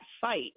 fight